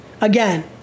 again